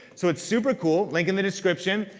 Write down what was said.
so it's super cool, link in the description.